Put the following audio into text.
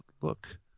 look